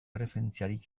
erreferentziarik